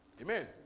Amen